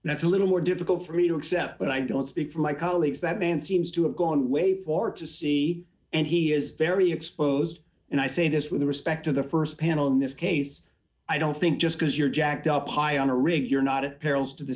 career that's a little more difficult for me to accept but i don't speak for my colleagues that man seems to have gone way forward to see and he is very exposed and i say this with respect to the st panel in this case i don't think just because you're jacked up high on a rig you're not apparels to the